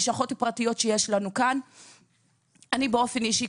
אני באופן אישי,